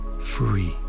free